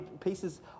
pieces